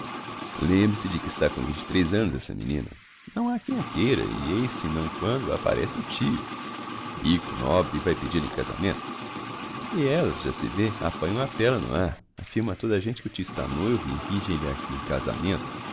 lembre-se de que está com vinte três annos essa menina não ha quem a queira e eis se não quando apparece o tio rico nobre e vae pedil-a em casamento e ellas já se vê apanham a pélla no ar affirmam a toda a gente que o tio está noivo e impingem lha em casamento